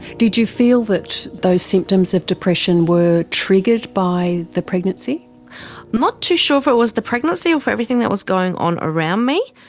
did you feel that those symptoms of depression were triggered by the pregnancy? i'm not too sure if it was the pregnancy or everything that was going on around me.